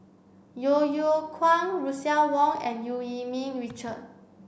Yeo Yeow Kwang Russel Wong and Eu Yee Ming Richard